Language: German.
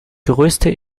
größte